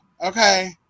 Okay